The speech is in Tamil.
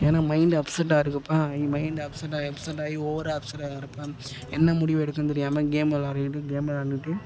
ஏன்னா மைண்ட் அப்செட்டாக இருக்கறப்ப அவன் மைண்டு அப்செட்டாகி அப்செட்டாகி ஓவராக அப்செட் ஆகிறப்ப என்ன முடிவு எடுக்கிறதுன்னு தெரியாமல் கேம் விளாடிட்டு கேம் விளாண்டுட்டு